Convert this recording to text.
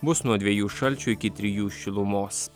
bus nuo dviejų šalčio iki trijų šilumos